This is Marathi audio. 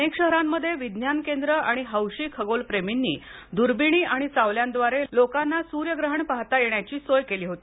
अनेक शहरांमध्ये विज्ञान केंद्र आणि हौशी खगोलप्रेमींनी दुर्बिणी आणि सावल्यांद्वारे लोकांना सूर्यप्रहण पाहता येण्याची सोय केली होती